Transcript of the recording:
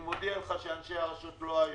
אני מודיע לך שאנשי הרשות לא היו,